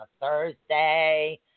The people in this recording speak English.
Thursday